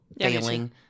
failing